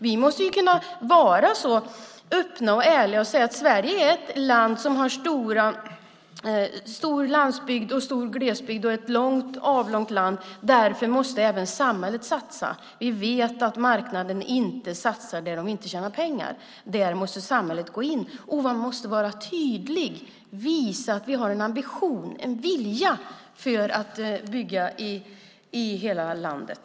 Vi måste kunna vara så öppna och ärliga och se att Sverige är ett land som har mycket landsbygd och glesbygd och är ett långt, avlångt land. Därför måste även samhället satsa. Vi vet att marknaden inte satsar där man inte tjänar pengar. Där måste samhället gå in, och man måste vara tydlig och visa att vi har en ambition, en vilja att bygga i hela landet.